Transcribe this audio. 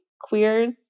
queers